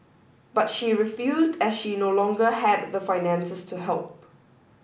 but she refused as she no longer had the finances to help